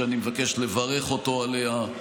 שאני מבקש לברך אותו עליה,